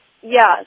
yes